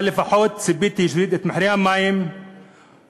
אבל ציפיתי שלפחות יוריד את מחירי המים מעט,